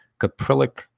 caprylic